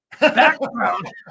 background